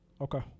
okay